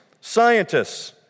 scientists